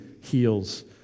heals